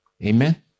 Amen